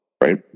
right